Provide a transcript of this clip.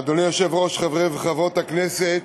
אדוני היושב-ראש, חברי וחברות הכנסת,